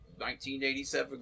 1987